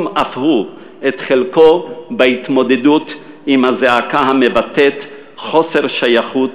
את חלקו בהתמודדות עם הזעקה המבטאת חוסר שייכות,